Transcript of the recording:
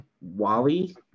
Wally